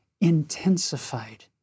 intensified